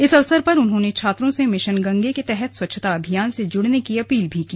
इस अवसर पर उन्होंने छात्रों से मिशन गंगे के तहत स्वछता अभियान से जुड़ने की अपील भी की